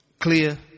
Clear